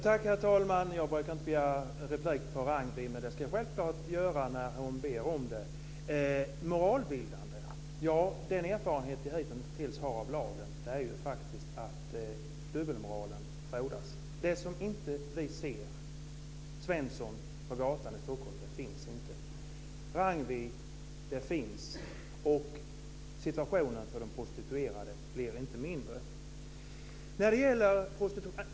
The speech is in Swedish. Herr talman! Jag brukar inte begära replik på Ragnwi Marcelind, men jag ska självklart göra det när hon ber om det. Hon talar om moralbildande. Den erfarenhet vi har hitintills av lagen är att dubbelmoralen frodas. Det som Svensson på gatan i Stockholm inte ser, det finns inte. Det finns. Situationen för de prostituerade blir inte mindre svår.